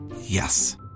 Yes